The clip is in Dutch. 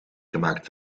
gemaakt